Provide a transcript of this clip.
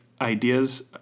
ideas